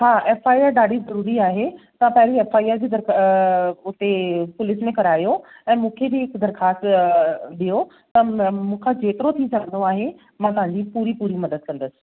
हा F I R ॾाढी ज़रूरी आहे ता पहिरीं एफ आई आर हुते पुलिस में करायो ऐं मूंखे बि हिकु दरख़्वास्त ॾियो तव्हां मूंखां जेतिरो थी सघंदो आहे मां तव्हांजी पूरी पूरी मदद कंदसि